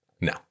No